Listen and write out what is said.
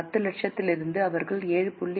10 லட்சத்திலிருந்து அவர்கள் 7